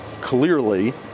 Clearly